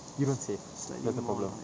you don't save that's the problem